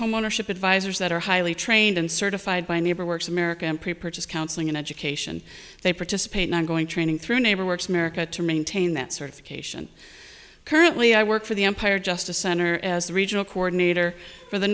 homeownership advisers that are highly trained and certified by a neighbor works america pre purchase counseling and education they participate in ongoing training through neighbor works america to maintain that certification currently i work for the empire justice center as the regional coordinator for the